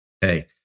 Hey